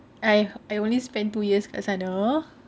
I only spent two year dekat sana